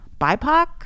bipoc